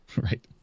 Right